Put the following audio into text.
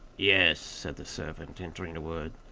yes, said the servant, entering a word,